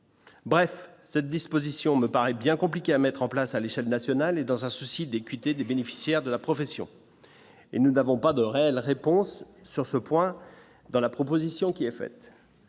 Bref, cette disposition me paraît bien compliqué à mettre en place à l'échelle nationale et dans un souci d'équité des bénéficiaires de la profession. Et nous n'avons pas de réelles réponse sur ce point dans la proposition qui est faite